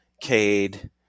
Cade